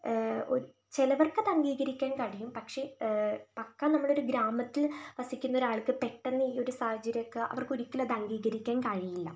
ഒരു ചിലവർക്ക് അത് അംഗീകരിക്കാൻ കഴിയും പക്ഷേ പക്ക നമ്മളൊരു ഗ്രാമത്തിൽ വസിക്കുന്നൊരാൾക്ക് പെട്ടന്ന് ഈ ഒരു സാഹചര്യമൊക്കെ അവർക്ക് ഒരിക്കലും അത് അംഗീകരിക്കാൻ കഴിയില്ല